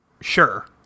Sure